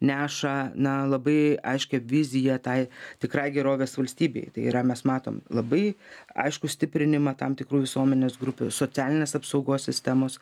neša na labai aiškią viziją tai tikrai gerovės valstybei tai yra mes matom labai aiškų stiprinimą tam tikrų visuomenės grupių socialinės apsaugos sistemos